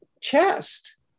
chest